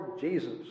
Jesus